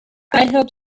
hope